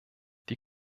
die